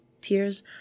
tears